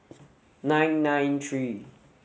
nine nine three